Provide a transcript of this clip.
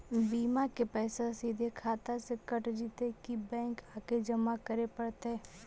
बिमा के पैसा सिधे खाता से कट जितै कि बैंक आके जमा करे पड़तै?